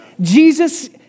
Jesus